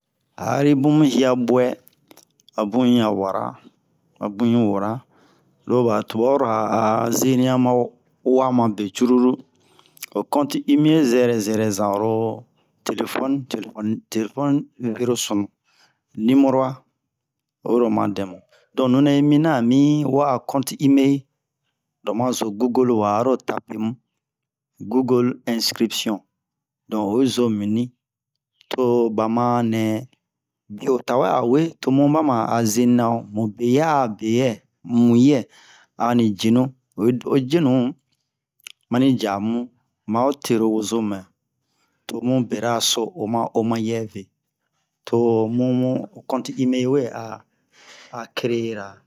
hari mu hiyaɓwɛ a bun un ya wara a bun un wara lo ɓa tuɓara a a zeniyan ho konte Email zɛrɛ zɛrɛ zan oro telofɔni telefɔni telefɔni vero sunu numɔrowa oyiro oma dɛ mu donk nunɛ yi miniyan ami wa'a konte Email lo ma zo Google wa aro tape mu Google ɛnskripsiyon donk oyi zo mini biye o tawɛ a we to mu ɓa ma a zenina o mu be ya a be yɛ mu yɛ ani cenu oyi do o cenu ma ni jamu ma o terowozome to mu berara so oma o ma yɛ to mu mu konte Email we a a kereye-ra